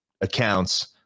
accounts